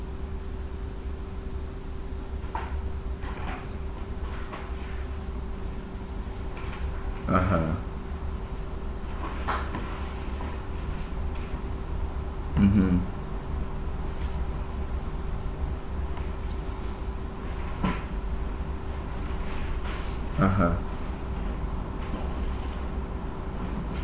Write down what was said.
(uh huh) mmhmm (uh huh)